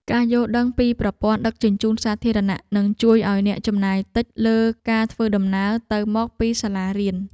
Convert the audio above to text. ការយល់ដឹងពីប្រព័ន្ធដឹកជញ្ជូនសាធារណៈនឹងជួយឱ្យអ្នកចំណាយតិចលើការធ្វើដំណើរទៅមកពីសាលារៀន។